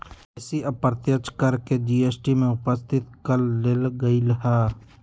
बेशी अप्रत्यक्ष कर के जी.एस.टी में उपस्थित क लेल गेलइ ह्